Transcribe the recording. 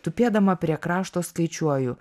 tupėdama prie krašto skaičiuoju